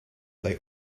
they